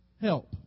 help